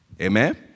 Amen